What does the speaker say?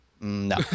No